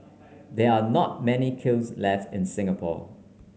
there are not many kilns left in Singapore